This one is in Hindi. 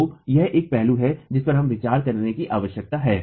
तो यह एक पहलू है जिस पर विचार करने की आवश्यकता है